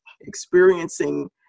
experiencing